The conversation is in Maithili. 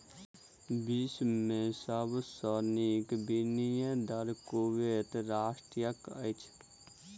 विश्व में सब सॅ नीक विनिमय दर कुवैत राष्ट्रक अछि